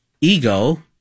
ego